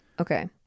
okay